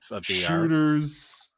shooters